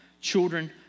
children